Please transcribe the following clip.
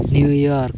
New York